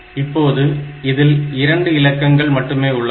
இப்போது இதில் 2 இலக்கங்கள் மட்டுமே உள்ளன